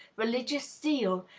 religious zeal,